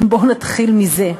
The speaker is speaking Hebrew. בואו נתחיל מזה.